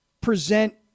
present